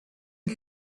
que